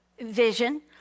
vision